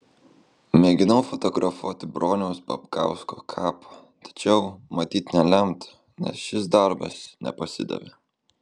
mėginau fotografuoti broniaus babkausko kapą tačiau matyt nelemta nes šis darbas nepasidavė